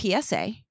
PSA